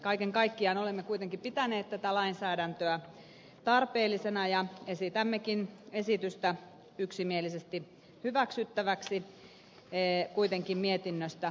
kaiken kaikkiaan olemme kuitenkin pitäneet tätä lainsäädäntöä tarpeellisena ja esitämmekin esitystä yksimielisesti hyväksyttäväksi kuitenkin mietinnöstä ilmenevin muutoksin